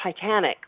Titanic